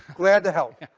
glad to help.